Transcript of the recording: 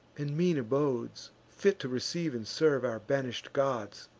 and mean abodes, fit to receive and serve our banish'd gods.